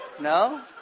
No